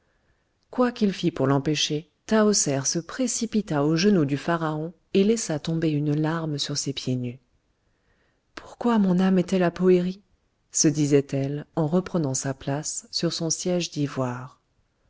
qu'il fit pour l'empêcher tahoser se précipita aux genoux du pharaon et laissa tomber une larme sur ses pieds nus pourquoi mon âme est-elle à poëri se disait-elle en reprenant sa place sur son siège d'ivoire